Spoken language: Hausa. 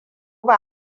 ba